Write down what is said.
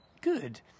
good